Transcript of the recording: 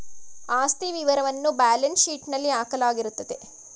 ಆಸ್ತಿ ವಿವರವನ್ನ ಬ್ಯಾಲೆನ್ಸ್ ಶೀಟ್ನಲ್ಲಿ ಹಾಕಲಾಗಿರುತ್ತದೆ